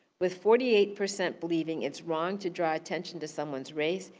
with forty eight percent believing it's wrong to draw attention to someone's race,